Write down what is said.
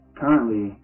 currently